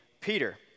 Peter